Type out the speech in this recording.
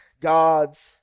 God's